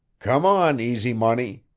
come on, easy money,